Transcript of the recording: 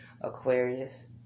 Aquarius